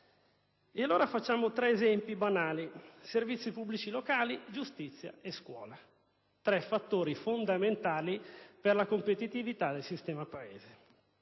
standard. Farò tre esempi banali: servizi pubblici locali, giustizia e scuola; si tratta di tre fattori fondamentali per la competitività del sistema Paese.